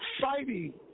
fighting